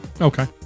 Okay